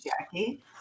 Jackie